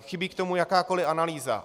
Chybí k tomu jakákoli analýza.